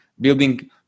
building